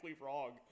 wrong